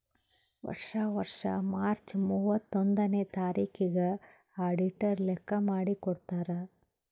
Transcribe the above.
ವರ್ಷಾ ವರ್ಷಾ ಮಾರ್ಚ್ ಮೂವತ್ತೊಂದನೆಯ ತಾರಿಕಿಗ್ ಅಡಿಟರ್ ಲೆಕ್ಕಾ ಮಾಡಿ ಕೊಡ್ತಾರ್